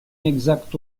exact